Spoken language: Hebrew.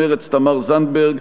מרצ: תמר זנדברג.